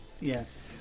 yes